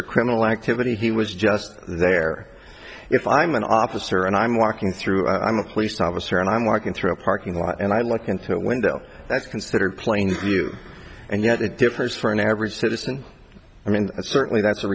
or criminal activity he was just there if i'm an officer and i'm walking through i'm a police officer and i'm walking through a parking lot and i look into a window that's considered plain view and you know the difference for an average citizen i mean certainly that's a